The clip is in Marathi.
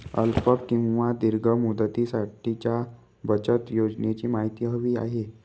अल्प किंवा दीर्घ मुदतीसाठीच्या बचत योजनेची माहिती हवी आहे